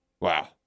Wow